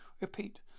Repeat